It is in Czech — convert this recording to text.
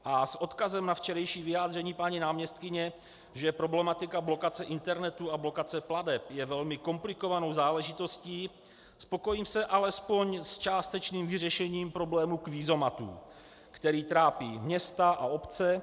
A s odkazem na včerejší vyjádření paní náměstkyně, že problematika blokace internetu a blokace plateb je velmi komplikovanou záležitostí, spokojím se alespoň s částečným vyřešením problému kvízomatů, který trápí města a obce.